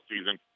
season